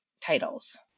titles